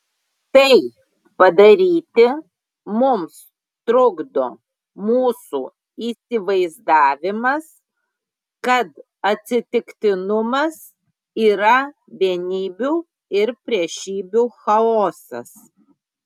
tai padaryti mums trukdo mūsų įsivaizdavimas kad atsitiktinumas yra vienybių ir priešybių chaosas